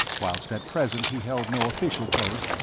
whilst at present he held no official post,